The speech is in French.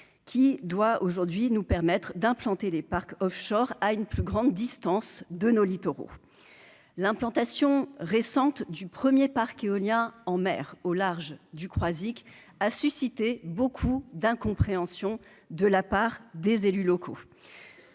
qui doit aujourd'hui nous permettre d'implanter des parcs Offshore à une plus grande distance de nos littoraux l'implantation récente du 1er parc éolien en mer au large du Croisic a suscité beaucoup d'incompréhension de la part des élus locaux,